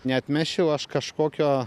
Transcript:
neatmesčiau aš kažkokio